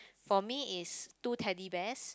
for me is two Teddy Bears